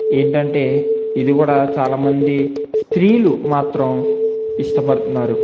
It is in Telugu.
ఏంటంటే ఇది కూడా చాలామంది స్త్రీలు మాత్రం ఇష్టపడుతున్నారు